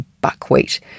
buckwheat